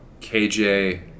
KJ